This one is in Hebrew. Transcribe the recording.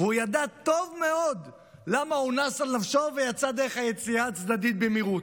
והוא ידע טוב מאוד למה הוא נס על נפשו ויצא דרך היציאה הצדדית במהירות.